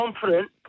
confident